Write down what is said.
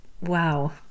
wow